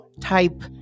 type